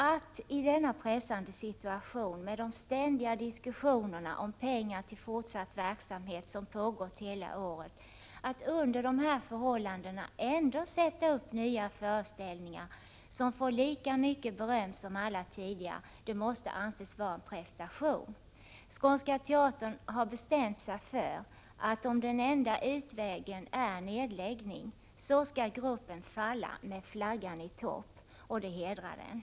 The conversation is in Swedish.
Att i denna pressade situation, med de ständiga diskussionerna om medel till fortsatt verksamhet, som pågått hela året, ändå sätta upp nya föreställ ningar, som får lika mycket beröm som alla tidigare, det måste anses varaen = Prot. 1987/88:45 prestation. Skånska teatern har bestämt sig för att, om den enda utvägen är 15 december 1987 nedläggning, falla med flaggan i topp! Det hedrar den!